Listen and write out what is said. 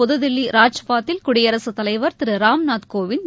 புதுதில்லி ராஜ்பாத்தில் குடியரசுத்தலைவர் திரு ராம்நாத் கோவிந்த்